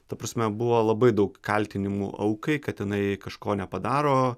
ta prasme buvo labai daug kaltinimų aukai kad jinai kažko nepadaro